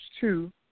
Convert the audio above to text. two